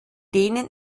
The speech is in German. denen